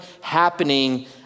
happening